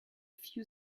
few